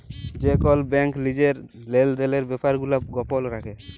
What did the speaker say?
যে কল ব্যাংক লিজের লেলদেলের ব্যাপার গুলা গপল রাখে